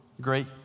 Great